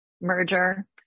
merger